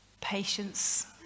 patience